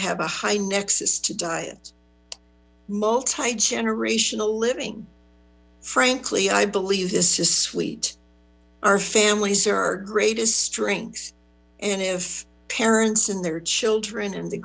have a high nexus to diet multigenerational living frankly i believe this is sweet our families are our greatest strengths and if parents and their children and the